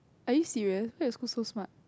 are you serious why your school so smart